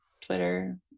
twitter